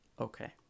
Okay